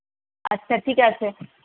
আচ্ছা ঠিক আছে